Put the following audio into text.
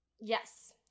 Yes